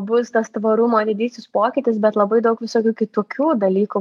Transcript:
bus tas tvarumo didysis pokytis bet labai daug visokių kitokių dalykų